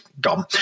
gone